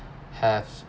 have